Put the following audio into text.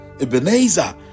Ebenezer